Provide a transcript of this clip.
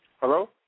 Hello